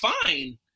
fine